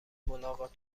ملاقات